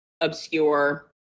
obscure